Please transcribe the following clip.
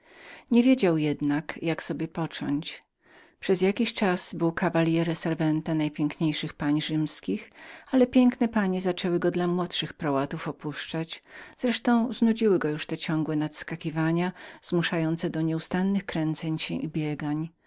nie wiedział jednak jak sobie począć przez jakiś czas był cavaliere servente najpiękniejszych pań rzymskich ale piękne panie zaczęły go dla młodszych zalotników opuszczać wreszcie znudziły go już te ciągłe nadskakiwania zmuszające do nieustannych kręceń się i biegań